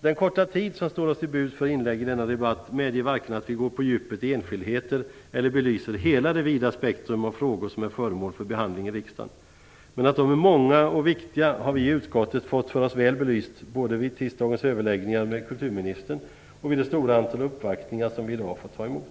Den korta tid som står oss till buds för inlägg i denna debatt medger varken att vi går på djupet i enskildheter eller att vi belyser hela det vida spektrum av frågor som är föremål för behandling i riksdagen. Men att dessa frågor är många och viktiga har vi i utskottet fått för oss väl belyst både vid tisdagens överläggningar med kulturministern och vid det stora antal uppvaktningar som vi i dag har fått ta emot.